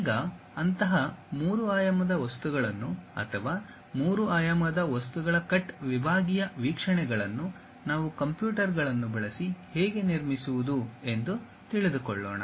ಈಗ ಅಂತಹ ಮೂರು ಆಯಾಮದ ವಸ್ತುಗಳನ್ನು ಅಥವಾ ಮೂರು ಆಯಾಮದ ವಸ್ತುಗಳ ಕಟ್ ವಿಭಾಗೀಯ ವೀಕ್ಷಣೆಗಳನ್ನು ನಾವು ಕಂಪ್ಯೂಟರ್ಗಳನ್ನು ಬಳಸಿ ಹೇಗೆ ನಿರ್ಮಿಸುವುದು ಎಂದು ತಿಳಿದುಕೊಳ್ಳೋಣ